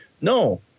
No